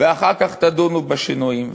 ואחר כך תדונו בשינויים,